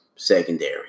secondary